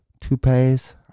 toupees